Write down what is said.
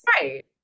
right